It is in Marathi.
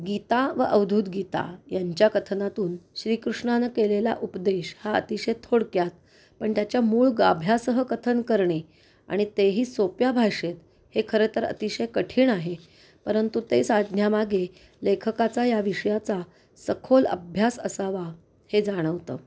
गीता व अवधूत गीता यांच्या कथनातून श्रीकृष्णानं केलेला उपदेश हा अतिशय थोडक्यात पण त्याच्या मूळ गाभ्यासह कथन करणे आणि तेही सोप्या भाषेत हे खरं तर अतिशय कठीण आहे परंतु ते साधण्यामागे लेखकाचा या विषयाचा सखोल अभ्यास असावा हे जाणवतं